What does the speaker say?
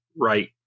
right